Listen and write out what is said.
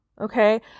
okay